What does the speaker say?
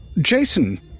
Jason